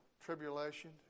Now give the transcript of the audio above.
tribulation